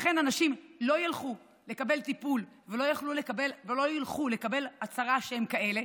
לכן אנשים לא ילכו לקבל טיפול ולא ילכו לקבל הצהרה שהם כאלה,